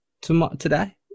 today